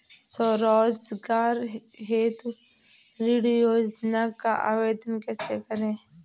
स्वरोजगार हेतु ऋण योजना का आवेदन कैसे करें?